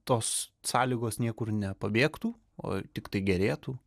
tos sąlygos niekur nepabėgtų o tiktai gerėtų